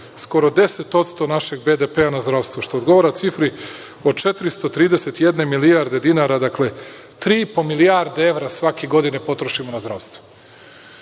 skoro 10% našeg BDP na zdravstvo, što odgovara cifri od 431 milijarde dinara, dakle tri i po milijarde evra svake godine potrošimo na zdravstvo.